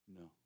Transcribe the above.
No